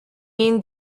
mean